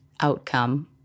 outcome